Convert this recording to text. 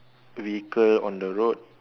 vehicle on the road